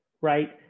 right